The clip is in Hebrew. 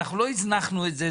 לא הזנחנו את זה,